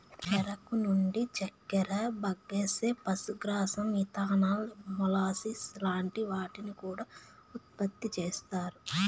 చెరుకు నుండి చక్కర, బగస్సే, పశుగ్రాసం, ఇథనాల్, మొలాసిస్ లాంటి వాటిని కూడా ఉత్పతి చేస్తారు